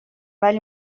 ولی